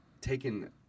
taken